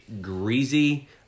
greasy